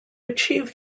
achieve